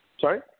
Sorry